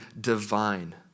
divine